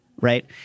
right